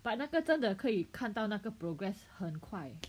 but 那个真的可以看到那个 progress 很快